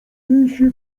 wisi